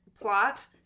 plot